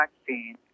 vaccine